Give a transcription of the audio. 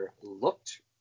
looked